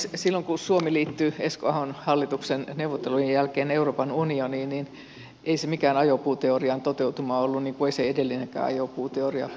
silloin kun suomi liittyi esko ahon hallituksen neuvottelujen jälkeen euroopan unioniin niin ei se mikään ajopuuteorian toteutuma ollut niin kuin ei se edellinenkään ajopuuteoria paikkaansa pitänyt